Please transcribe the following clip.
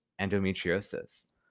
endometriosis